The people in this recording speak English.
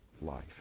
life